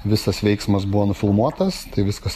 visas veiksmas buvo nufilmuotas tai viskas